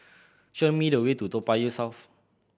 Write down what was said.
show me the way to Toa Payoh South